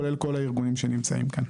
כולל כל הארגונים שנמצאים כאן.